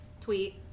tweet